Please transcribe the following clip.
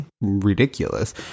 ridiculous